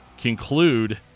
conclude